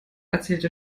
erzählte